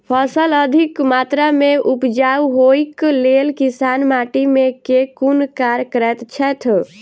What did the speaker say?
फसल अधिक मात्रा मे उपजाउ होइक लेल किसान माटि मे केँ कुन कार्य करैत छैथ?